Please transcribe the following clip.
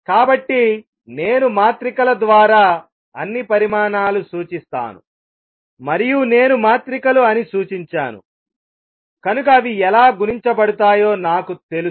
కాబట్టి నేను మాత్రికల ద్వారా అన్ని పరిమాణాలు సూచిస్తాను మరియు నేను మాత్రికలు అని సూచించాను కనుక అవి ఎలా గుణించబడతాయో నాకు తెలుసు